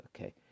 Okay